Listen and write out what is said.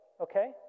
Okay